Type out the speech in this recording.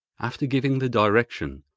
after giving the direction,